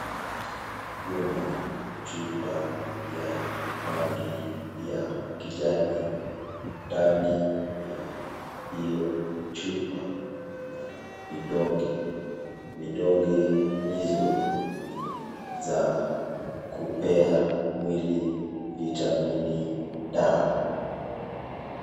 Kuna chupa ya rangi ya kijani, ndani ya hio chupa kuna vidonge. Vidonge hizo ni za kupea mwili vitamini D.